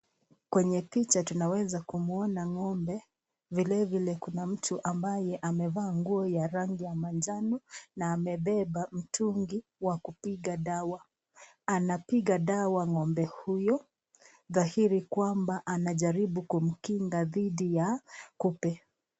Kwenye picha tunaweza kumuona ngombe. Vile vile kuna mtu ambaye amevaa nguo ya manjano na amebeba mtungi wa kupiga dawa. Anapiga dawa ngombe huyo, dhahiri kwamba anajaribu kumkinga dhidi ya kupe.